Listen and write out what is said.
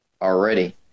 already